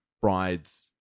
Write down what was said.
brides